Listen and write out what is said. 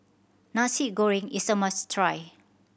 Nasi Goreng is a must try